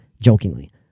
jokingly